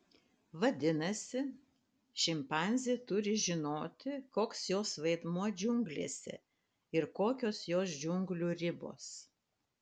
vadinasi šimpanzė turi žinoti koks jos vaidmuo džiunglėse ir kokios jos džiunglių ribos